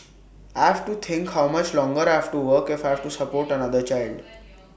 I have to think how much longer I have to work if I have to support than another child